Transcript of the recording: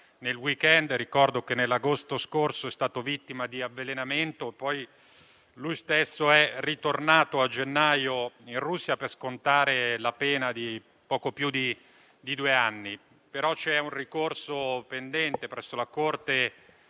nel *week end*. Ricordo che nell'agosto scorso è stato vittima di avvelenamento e che è poi ritornato a gennaio in Russia per scontare la pena di poco più di due anni. C'è però un ricorso pendente presso la Corte